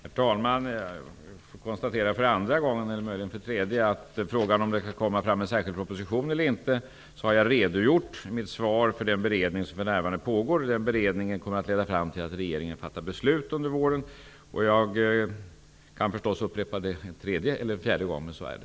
Herr talman! För andra gången konstaterar jag att jag i mitt svar på frågan om det skall läggas fram någon särskild proposition har redogjort att den beredning som för närvarande pågår kommer att leda fram till att regeringen fattar beslut under våren. Jag kan förstås upprepa detta en tredje gång. Så här är det.